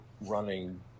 running